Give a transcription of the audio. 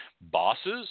Bosses